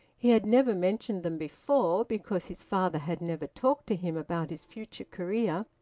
he had never mentioned them before, because his father had never talked to him about his future career,